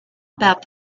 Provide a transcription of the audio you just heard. about